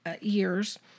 years